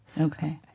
Okay